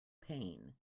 pain